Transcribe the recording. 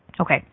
Okay